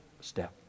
step